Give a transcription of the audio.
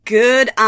good